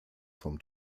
vom